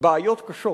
בעיות קשות.